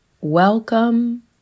welcome